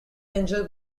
angel